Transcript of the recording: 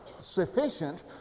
sufficient